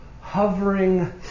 hovering